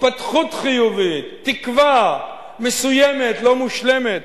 התפתחות חיובית, תקווה מסוימת, לא מושלמת,